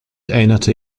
erinnerte